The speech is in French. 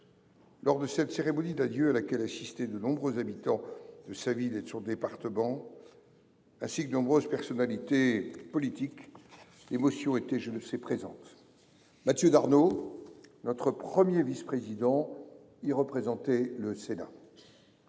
Lors de cette cérémonie d’adieux, à laquelle assistaient de nombreux habitants de sa ville et de son département, ainsi que de nombreuses personnalités politiques, l’émotion était, je le sais, présente. Mathieu Darnaud, notre premier vice président, y représentait le Sénat.